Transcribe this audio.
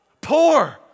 poor